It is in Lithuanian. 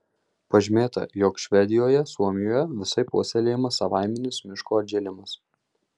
pažymėta jog švedijoje suomijoje visaip puoselėjamas savaiminis miško atžėlimas